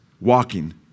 walking